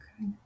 Okay